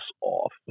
off